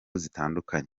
zitandukanye